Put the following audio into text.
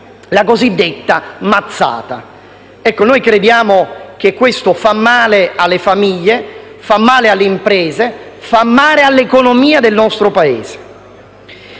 la cosiddetta mazzata. Ecco, crediamo che questo faccia male alle famiglie, alle imprese e all'economia del nostro Paese.